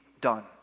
done